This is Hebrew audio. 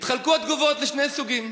נחלקו התגובות לשני סוגים.